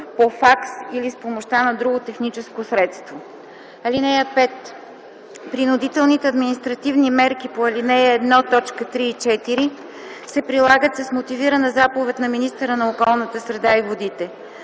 по факс или с помощта на друго техническо средство. (5) Принудителните административни мерки по ал. 1, т. 3 и 4, се прилагат с мотивирана заповед на министъра на околната среда и водите.